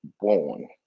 born